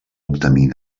obtenir